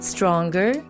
Stronger